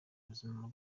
ubuzima